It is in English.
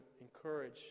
encourage